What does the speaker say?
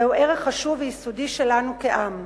זהו ערך חשוב ויסודי שלנו כעם.